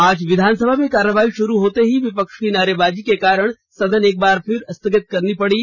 आज विधानसभा में कार्यवाही शुरू होते ही विपक्ष की नारेबाजी के कारण सदन एक बार स्थगित करनी पड़ी